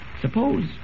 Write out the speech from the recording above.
Suppose